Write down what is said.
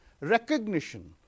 recognition